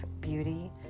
beauty